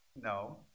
No